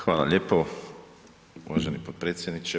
Hvala lijepo uvaženi potpredsjedniče.